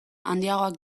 handiagoak